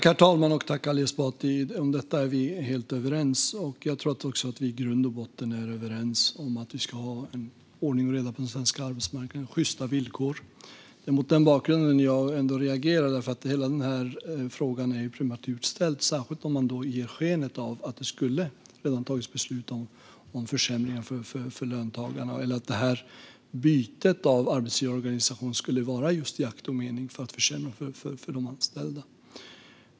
Herr talman! Tack, Ali Esbati! Om detta är vi helt överens. Jag tror också att vi i grund och botten är överens om att vi ska ha ordning och reda på den svenska arbetsmarknaden och sjysta villkor. Det är mot den bakgrunden jag reagerar, för hela frågan är ju prematurt ställd, särskilt om man ger sken av att det redan skulle ha tagits beslut om försämringar för löntagarna eller att bytet av arbetsgivarorganisation skulle ha gjorts i akt och mening att försämra för de anställda.